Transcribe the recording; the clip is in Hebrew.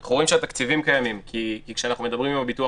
אנחנו רואים שהתקציבים קיימים כי כשאנחנו מדברים עם הביטוח